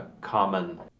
common